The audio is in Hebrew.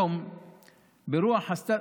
סע.